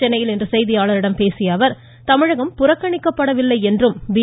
சென்னையில் இன்று செய்தியாளர்களிடம் பேசிய புறக்கணிக்கப்படவில்லை என்றும் பி